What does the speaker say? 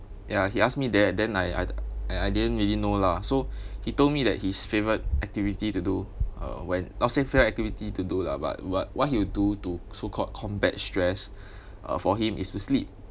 ya he asked me that then I I I I didn't really know lah so he told me that his favourite activity to do uh when not to say favourite activity do to lah but what what he'll do to so called combat stress uh for him is to sleep